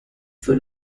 für